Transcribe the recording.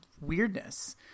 weirdness